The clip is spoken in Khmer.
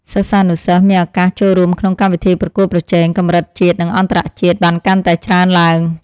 សិស្សានុសិស្សមានឱកាសចូលរួមក្នុងកម្មវិធីប្រកួតប្រជែងកម្រិតជាតិនិងអន្តរជាតិបានកាន់តែច្រើនឡើង។